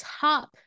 top